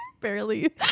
barely